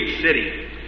city